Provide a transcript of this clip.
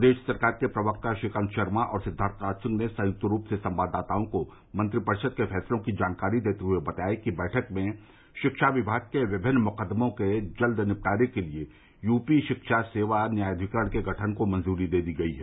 प्रदेश सरकार के प्रवक्ता श्रीकांत शर्मा और सिद्वार्थनाथ सिंह ने संयुक्त रूप से संवाददाताओं को मंत्रिपरिषद के फैसलों की जानकारी देते हुए बताया कि बैठक में शिक्षा विभाग के विभिन्न मुकदमों के जल्द निपटारे के लिए यूपी शिक्षा सेवा न्यायाधिकरण के गठन को मंजूरी दे दी गई हैं